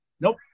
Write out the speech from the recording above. Nope